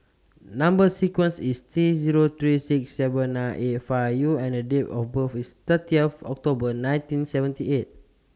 Number sequence IS T Zero three six seven nine eight five U and Date of birth IS thirty of October nineteen seventy eight